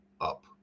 up